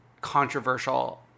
controversial